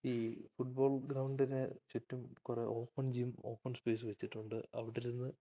ഈ football ഗ്രൗണ്ടിനു ചുറ്റും കുറെ ഓപ്പൺ ജിം ഓപ്പൺ സ്പേസ് വച്ചിട്ടുണ്ട് അവിടിരുന്ന്